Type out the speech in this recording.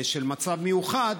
של מצב מיוחד,